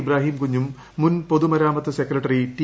ഇബ്രാഹിംകുഞ്ഞും മുൻ പൊതുമരാമത്ത് secretary T